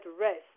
rest